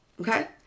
Okay